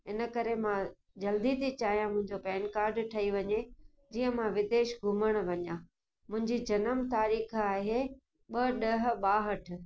इन करे मां जल्दी थी चाहियां मुंहिंजो पैन कार्ड ठही वञे जीअं मां विदेश घुमणु वञा मुंहिंजी जनम तारीख़ आहे ॿ ॾह ॿाहठि